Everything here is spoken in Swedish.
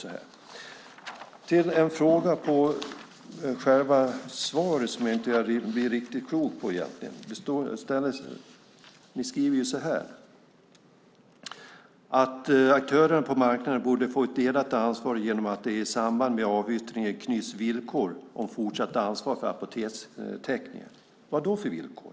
Jag har en fråga om en sak i interpellationssvaret som jag inte blir riktigt klok på. Ni skriver att "aktörerna på marknaden borde få ett delat ansvar genom att det i samband med avyttringen knyts villkor om fortsatt ansvar för apotekstäckningen". Vad då för villkor?